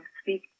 Speak